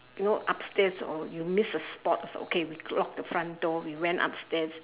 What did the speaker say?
you know upstairs or you missed a spot okay we locked the front door we went upstairs